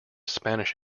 spanish